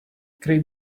grape